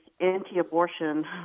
anti-abortion